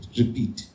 repeat